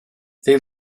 they